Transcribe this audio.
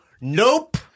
nope